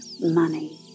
money